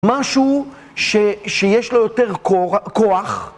משהו שיש לו יותר כוח